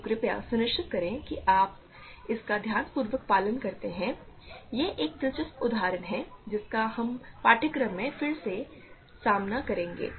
तो कृपया सुनिश्चित करें कि आप इसका ध्यानपूर्वक पालन करते हैं यह एक दिलचस्प उदाहरण है जिसका हम पाठ्यक्रम में फिर से सामना करेंगे